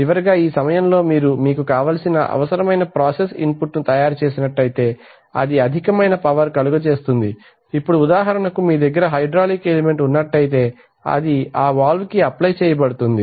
చివరగా ఈ సమయములో మీరు మీకు కావలసిన అవసరమైన ప్రాసెస్ ఇన్ పుట్ ను తయారు చేసినట్లైతే అది అధికమైన పవర్ కలుగచేస్తుంది ఇప్పుడు ఉదాహరణకు మీ దగ్గర హైడ్రాలిక్ ఎలిమెంట్ ఉన్నట్లతే అది అది ఆ వాల్వ్ కి అప్లై చేయబడుతుంది